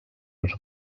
els